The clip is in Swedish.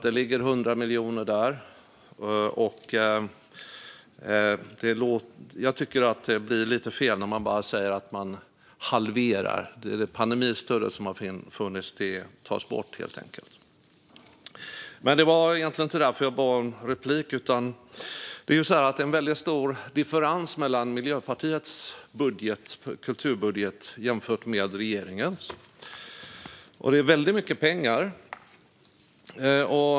Det ligger 100 miljoner där, och jag tycker att det blir lite fel när man bara säger att vi halverar stödet. Det är pandemistödet som har funnits som nu tas bort, helt enkelt. Det var egentligen inte därför jag bad om replik utan för att tala om den väldigt stora differensen mellan Miljöpartiets kulturbudget och regeringens. Det är väldigt mycket pengar.